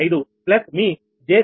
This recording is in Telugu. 05 ప్లస్ మీ j 0